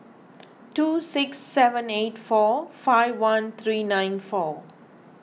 two six seven eight four five one three nine four